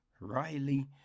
Riley